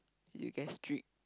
you get strict